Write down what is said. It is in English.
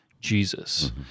Jesus